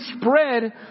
spread